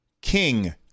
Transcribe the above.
King